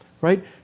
right